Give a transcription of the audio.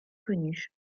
connue